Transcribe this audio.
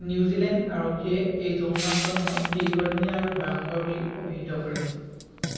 new Zealand এই যৌন আক্ৰমণক দীৰ্ঘদিনীয়া আৰু ভয়ংকৰ বুলি অভিহিত কৰিছে